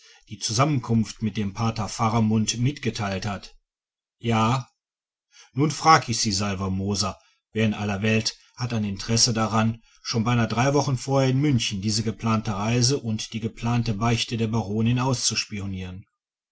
die zusammenkunft mit dem pater faramund mitgeteilt hat ja nun frag ich sie herr salvermoser wer in aller welt hatte ein interesse daran schon beinahe drei wochen vorher in münchen diese geplante reise und die geplante beichte der baronin auszuspionieren